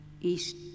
East